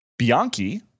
Bianchi